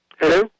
Hello